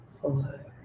four